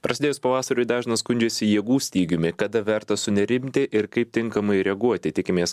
prasidėjus pavasariui dažnas skundžiasi jėgų stygiumi kada verta sunerimti ir kaip tinkamai reaguoti tikimės